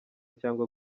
cyangwa